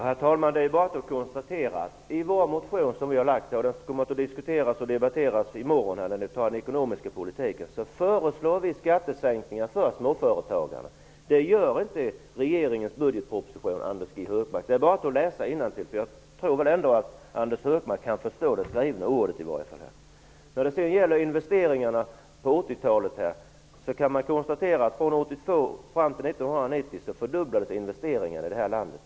Herr talman! I vår motion som vi har väckt -- den kommer att diskuteras i morgon när den ekonomiska politiken skall debatteras -- föreslår vi skattesänkningar för småföretagarna. Det gör man inte i regeringens budgetproposition, Anders G Högmark. Det är bara att läsa innantill. Jag tror ändå att Anders G Högmark i varje fall kan förstå det skrivna ordet. När det gäller investeringarna under 80-talet kan man konstatera att från 1982 fram till 1990 fördubblades investeringarna i det här landet.